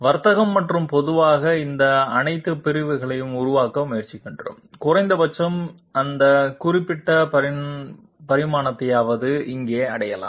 வர்த்தகம் மற்றும் பொதுவாக இந்த அனைத்து பிரிவுகளையும் உருவாக்க முயற்சிக்கிறோம் குறைந்தபட்சம் அந்த குறிப்பிட்ட பரிமாணத்தையாவது இங்கே அடையலாம்